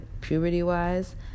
Puberty-wise